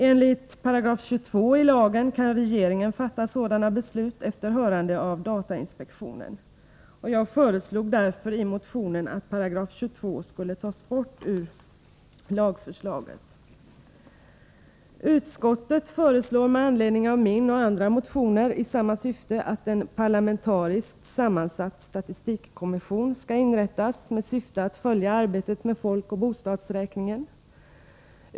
Enligt 22 §i lagen kan regeringen fatta sådana beslut efter hörande av datainspektionen. Jag föreslog därför i motionen att 22 § skulle tas bort ur lagförslaget. Utskottet föreslår med anledning av min och andra motioner i samma syfte att en parlamentariskt sammansatt statistikkommission skall inrättas med uppgift att följa arbetet med folkoch bostadsräkningen.